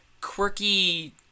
quirky